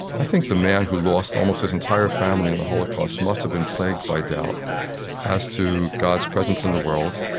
i think the man who lost almost his entire family in the holocaust must have been plagued by doubt as to god's presence in the world,